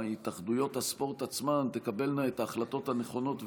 שהתאחדויות הספורט עצמן תקבלנה את ההחלטות הנכונות,